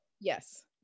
Yes